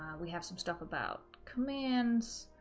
we have some stuff about commands.